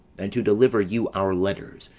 and to deliver you our letters,